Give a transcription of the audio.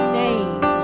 name